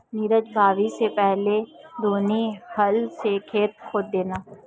नीरज बुवाई से पहले छेनी हल से खेत खोद देना